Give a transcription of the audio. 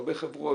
הרבה חברות,